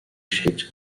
shaped